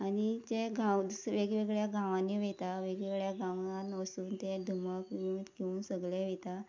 आनी ते गांव वेगवेगळ्या गांवांनी वयता वेगवेगळ्या गांवात वचून ते घेवन सगळे वयता